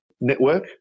Network